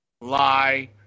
lie